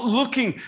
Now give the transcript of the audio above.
looking